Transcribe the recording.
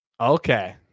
Okay